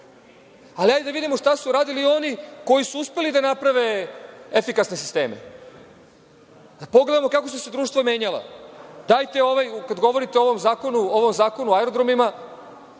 Ali, hajde da vidimo šta su uradili oni koji su uspeli da naprave efikasne sisteme, da pogledamo kako su se društva menjala. Kada govorite o ovom zakonu, ovom Zakonu o aerodromima,